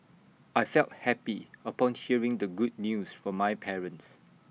I felt happy upon hearing the good news from my parents